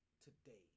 today